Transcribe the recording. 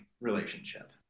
relationship